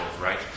right